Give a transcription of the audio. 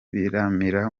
biryamira